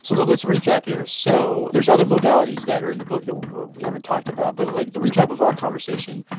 so let's recap here. so there's other modalities that are in the book that we haven't talked about, but like the recap of our conversation,